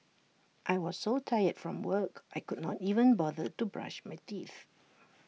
I was so tired from work I could not even bother to brush my teeth